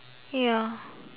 ya